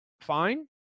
fine